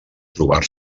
trobar